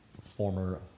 former